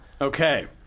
Okay